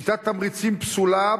שיטת תמרוצים פסולה,